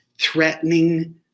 threatening